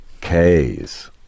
K's